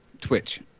twitch